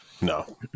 no